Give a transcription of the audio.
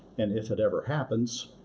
and if it ever happens,